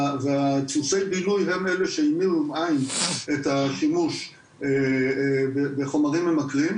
ודפוסי הבילוי הם אלה שהניעו את השימוש בחומרים ממכרים,